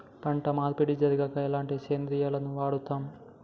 పంట మార్పిడి జరిగాక ఎలాంటి సేంద్రియాలను వాడుతం?